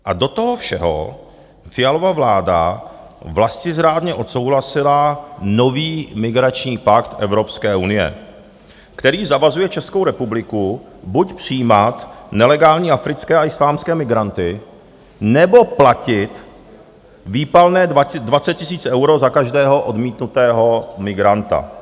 A do toho všeho Fialova vláda vlastizrádně odsouhlasila nový migrační pakt Evropské unie, který zavazuje Českou republiku buď přijímat nelegální africké a islámské migranty, nebo platit výpalné 20 000 eur za každého odmítnutého migranta.